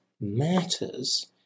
matters